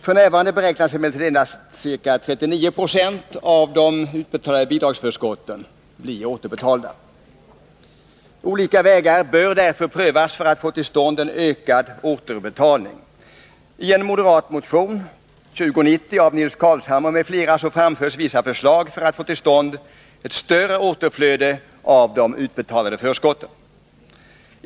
F. n. beräknas emellertid endast ca 39 90 av de utbetalade bidragsförskotten bli återbetalda. Olika vägar bör därför prövas för att få till stånd en ökad återbetalning. I en moderat motion, nr 2090 av Nils Carlshamre m.fl., framförs vissa förslag för att få till stånd ett större återflöde av de utbetalade förskotten.